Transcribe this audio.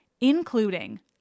including